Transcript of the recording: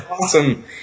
awesome